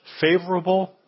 favorable